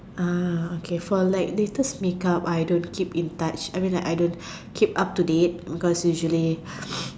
uh okay for like latest makeup I don't keep in touch I mean like I don't keep up to date cause usually